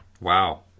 Wow